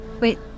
Wait